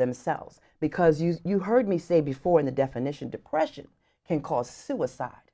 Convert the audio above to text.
themselves because you you heard me say before the definition depression can cause suicide